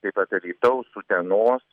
taip pat alytaus utenos